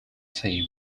team